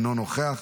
אינו נוכח,